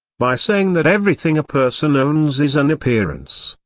by saying that everything a person owns is an appearance,